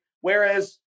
Whereas